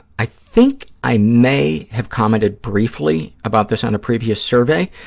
i think i may have commented briefly about this on a previous survey,